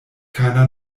keiner